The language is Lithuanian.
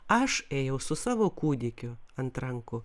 aš ėjau su savo kūdikiu ant rankų